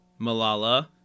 Malala